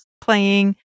playing